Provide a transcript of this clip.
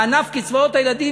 בענף קצבאות הילדים,